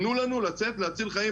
תנו לנו לצאת להציל חיים,